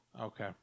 Okay